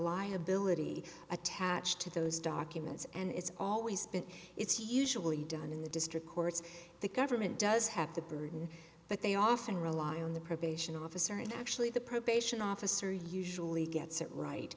reliability attached to those documents and it's always been it's usually done in the district courts the government does have the burden but they often rely on the probation officer and actually the probation officer usually gets it right